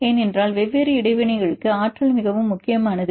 ஏனென்றால் வெவ்வேறு இடைவினைகளுக்கு ஆற்றல் மிகவும் முக்கியமானது